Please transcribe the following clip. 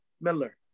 Miller